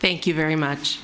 thank you very much